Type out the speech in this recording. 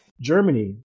Germany